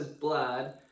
blood